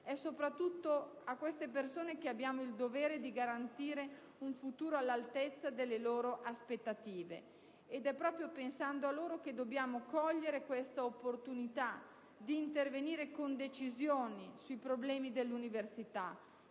È soprattutto a queste persone che abbiamo il dovere di garantire un futuro all'altezza delle loro aspettative. Ed è proprio pensando a loro che dobbiamo cogliere questa opportunità di intervenire con decisione sui problemi dell'università,